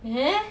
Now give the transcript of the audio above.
mmhmm